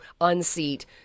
unseat